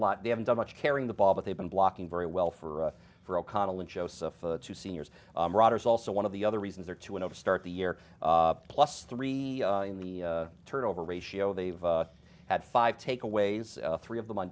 lot they haven't done much carrying the ball but they've been blocking very well for for o'connell and joseph to seniors rodgers also one of the other reasons are two and start the year plus three in the turnover ratio they've had five takeaways three of them on